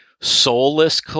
soulless